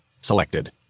Selected